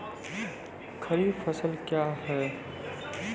खरीफ फसल क्या हैं?